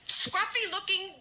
scruffy-looking